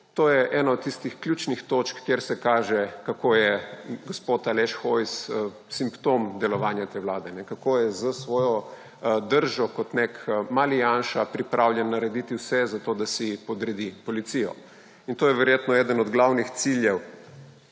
je ena tistih ključnih točk, kjer se kaže, kako je gospod Aleš Hojs simptom delovanja te vlade, kako je s svojo držo kot nek mali janša pripravljen narediti vse, da si podredi policijo. In to je verjetno eden od glavnih ciljev,